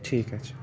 ঠিক আছে